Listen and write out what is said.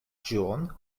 ĝuon